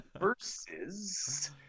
Versus